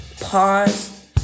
Pause